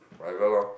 whatever lor